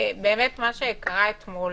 מה שקרה אתמול